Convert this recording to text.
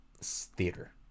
theater